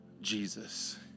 Jesus